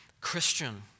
Christian